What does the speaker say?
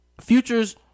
Future's